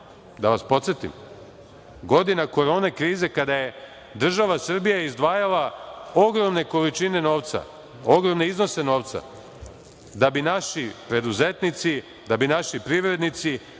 da vas podsetim, godina korone, krize kada je država Srbija izdvajala ogromne količine novca, ogromne iznose novca da bi naši preduzetnici, da bi naši privrednici